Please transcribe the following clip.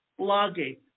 blogging